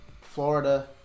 Florida